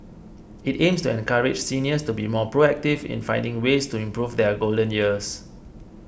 it aims to encourage seniors to be more proactive in finding ways to improve their golden years